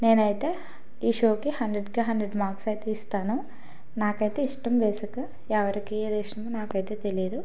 నేనైతే ఈ షోకి హండ్రెడ్కి హండ్రెడ్ మార్క్స్ అయితే ఇస్తాను నాకైతే ఇష్టం బేసిక్ ఎవరికి ఏది ఇష్టమో నాకైతే తెలియదు